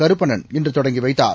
கருப்பணன் இன்று தொடங்கி வைத்தார்